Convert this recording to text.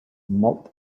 mòlt